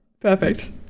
Perfect